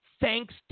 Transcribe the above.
thanks